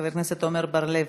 חבר הכנסת עמר בר-לב,